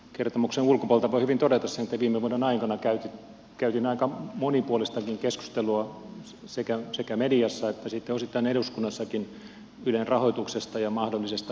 kertomuksen ulkopuolelta voi hyvin todeta sen että viime vuoden aikana käytiin aika monipuolistakin keskustelua sekä mediassa että sitten osittain eduskunnassakin ylen rahoituksesta ja mahdollisesta indeksileikkauksesta